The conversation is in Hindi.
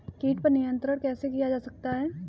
कीट पर नियंत्रण कैसे किया जा सकता है?